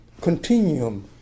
continuum